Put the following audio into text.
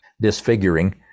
disfiguring